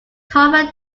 tougher